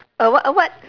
a what a what